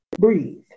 breathe